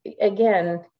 again